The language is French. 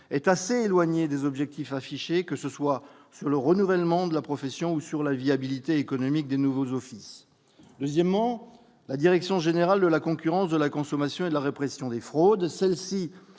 est assez éloignée des objectifs affichés, que ce soit sur le renouvellement de la profession ou sur la viabilité économique des nouveaux offices, deuxièmement, la direction générale de la concurrence de la consommation et de la répression des fraudes, celle-ci